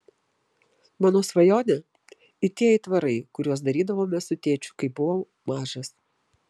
mano svajonė it tie aitvarai kuriuos darydavome su tėčiu kai buvau mažas